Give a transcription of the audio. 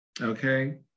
Okay